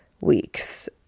weeks